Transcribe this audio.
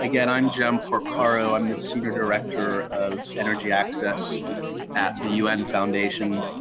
again, i'm jem porcaro i'm the senior director of energy access at the un foundation.